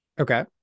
Okay